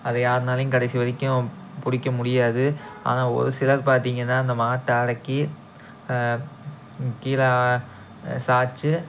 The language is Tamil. அதை யாருனாலையும் கடைசி வரைக்கும் பிடிக்க முடியாது ஆனால் ஒரு சிலர் பார்த்தீங்கன்னா அந்த மாட்டை அடக்கி கீழே சாய்ச்சி